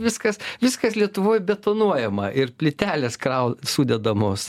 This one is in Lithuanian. viskas viskas lietuvoj betonuojama plytelės krau sudedamos